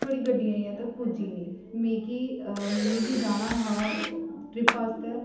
थुआढ़ी गड्डी अजें तक पुज्जी नेईं मिकी मिकी जाना हा ट्रिप आस्तै